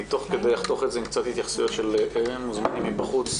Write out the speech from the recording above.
אני תוך כדי אחתוך את זה ונצא להתייחסויותיהם של המוזמנים בחוץ.